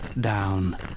down